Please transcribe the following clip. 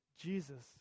Jesus